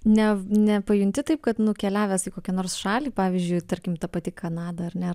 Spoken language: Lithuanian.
ne nepajunti taip kad nukeliavęs į kokią nors šalį pavyzdžiui tarkim ta pati kanada ar ne